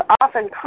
often